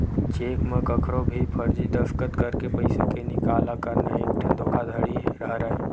cheque म कखरो भी फरजी दस्कत करके पइसा के निकाला करना एकठन धोखाघड़ी हरय